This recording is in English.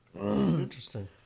Interesting